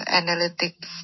analytics